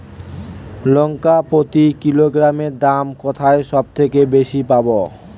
লঙ্কা প্রতি কিলোগ্রামে দাম কোথায় সব থেকে বেশি পাব?